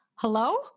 Hello